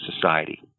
society